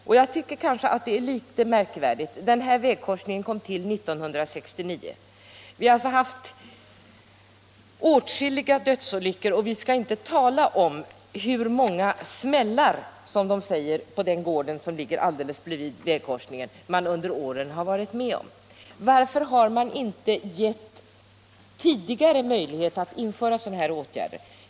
Jag tycker nog att det är litet märkligt. Den aktuella vägkorsningen kom till 1969. Där har det alltså varit åtskilliga dödsolyckor, och vi skall inte tala om hur många smällar — som de säger på gården alldeles bredvid vägkorsningen —- man under åren varit med om. Varför har inte möjlighet getts tidigare att införa sådana här åtgärder?